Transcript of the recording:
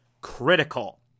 Critical